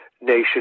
nation